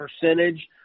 percentage